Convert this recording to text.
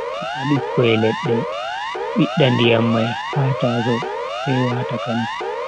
Ta'a bikkoi ledde, bidda ndiyam mai ha tasow sai wata kantu.